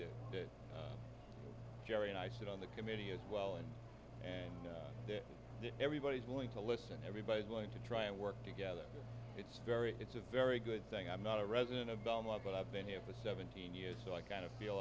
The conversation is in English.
e that gerry and i sit on the committee as well and and everybody's willing to listen everybody's going to try and work together it's very it's a very good thing i'm not a resident of belmont but i've been here for seventeen years so i kind of feel